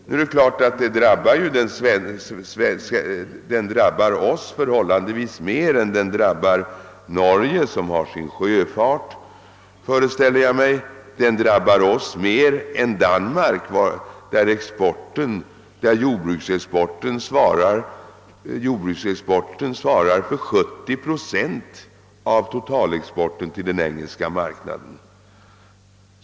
Nu är det klart, föreställer jag mig, att begränsningen av importen till Storbritannien drabbar oss förhållandevis hårdare än den drabbar Norge, som har sin sjöfart, och drabbar oss mer än Danmark, där jordbruksexporten Svarar för 70 procent av totalexporten till den engelska marknaden.